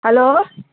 hello